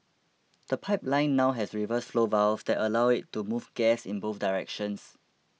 the pipeline now has reverse flow valves that allow it to move gas in both directions